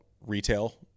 retail